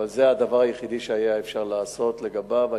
אבל זה הדבר היחידי שהיה אפשר לעשות לגביו.